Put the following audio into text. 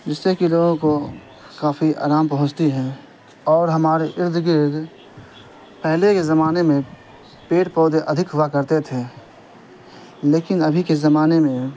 جس سے کہ لوگوں کو کافی آرام پہنچتا ہے اور ہمارے ارد گرد پہلے کے زمانے میں پیڑ پودے ادھک ہوا کرتے تھے لیکن ابھی کے زمانے میں